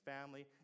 family